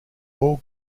all